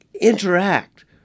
interact